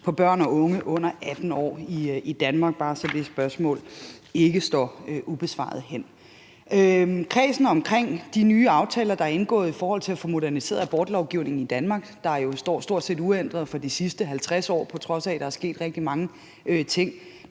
på børn og unge under 18 år i Danmark. Det er bare, så det spørgsmål ikke står ubesvaret hen. Med hensyn til kredsen omkring de nye aftaler, der er indgået, i forhold til at få moderniseret abortlovgivningen i Danmark, der jo stort set er uændret gennem de sidste 50 år, på trods af at der er sket rigtig mange ting,